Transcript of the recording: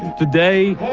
today,